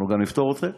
אנחנו נפטור גם אתכם.